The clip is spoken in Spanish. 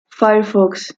firefox